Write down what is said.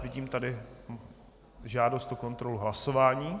Vidím tady žádost o kontrolu hlasování.